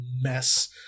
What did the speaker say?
mess